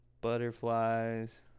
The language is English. butterflies